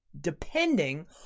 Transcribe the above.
depending